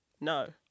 No